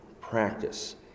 practice